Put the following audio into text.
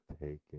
taking